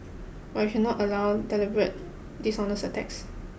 but we should not allow deliberate dishonest attacks